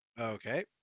okay